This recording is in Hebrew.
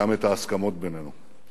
גם את ההסכמות בינינו.